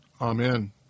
Amen